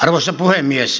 arvoisa puhemies